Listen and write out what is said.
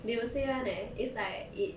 they will say [one] leh is like it